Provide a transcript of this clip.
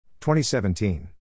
2017